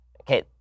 Okay